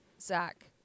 Zach